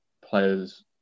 players